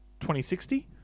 2060